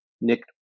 Nick